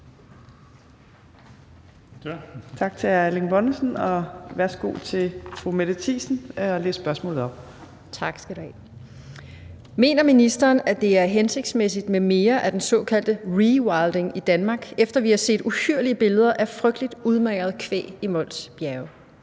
næstformand (Trine Torp): Værsgo til fru Mette Thiesen at læse spørgsmålet op. Kl. 15:31 Mette Thiesen (NB): Tak. Mener ministeren, at det er hensigtsmæssigt med mere af den såkaldte rewilding i Danmark, efter vi har set uhyrlige billeder af frygtelig udmagret kvæg i Mols Bjerge?